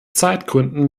zeitgründen